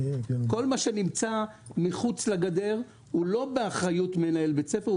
כל מה שנמצא מחוץ לגדר הוא לא באחריות מנהל בית ספר,